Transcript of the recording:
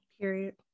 period